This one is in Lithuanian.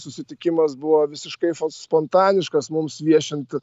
susitikimas buvo visiškai spontaniškas mums viešint